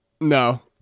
No